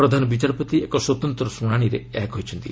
ପ୍ରଧାନ ବିଚାରପତି ଏକ ସ୍ୱତନ୍ତ୍ର ଶୁଣାଣିରେ ଏହା କହିଛନ୍ତି